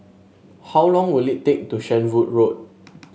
how long will it take to Shenvood Road